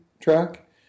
track